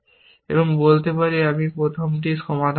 এবং বলতে পারি আমি প্রথমটি সমাধান করব